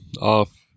off